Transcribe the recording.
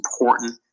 important